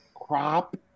crop